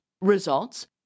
Results